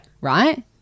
Right